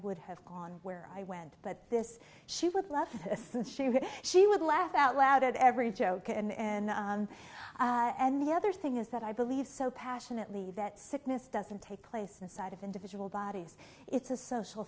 would have gone where i went but this she would love she would laugh out loud at every joke and the other thing is that i believe so passionately that sickness doesn't take place inside of individual bodies it's a social